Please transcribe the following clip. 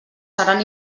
seran